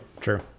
True